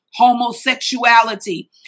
homosexuality